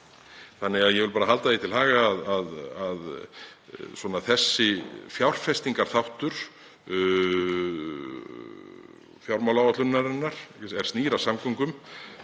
Ég vil bara halda því til haga að sá fjárfestingarþáttur fjármálaáætlunarinnar er snýr að samgöngum